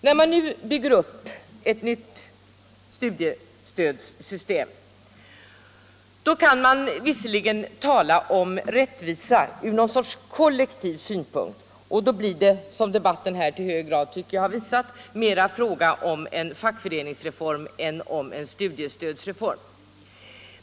När man nu bygger upp ett nytt studiestödssystem kan man visserligen tala om rättvisa ur någon sorts kollektiv synpunkt, och då blir det — som jag tycker debatten här i hög grad har visat — mera fråga om en Nr 84 fackföreningsreform än om en studiestödsreform.